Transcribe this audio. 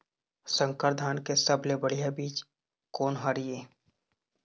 संकर धान के सबले बढ़िया बीज कोन हर ये?